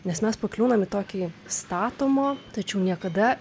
nes mes pakliūnam į tokį statomo tačiau niekada